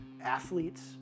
athletes